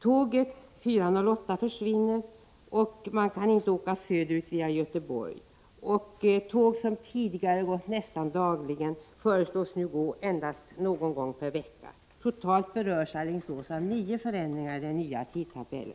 Tåget från Alingsås kl. 4.08 dras in, och man kan inte åka söderut via Göteborg. Tåg som tidigare gått nästan dagligen föreslås nu gå endast någon gång per vecka. Totalt berörs Alingsås av nio förändringar enligt den nya tidtabellen.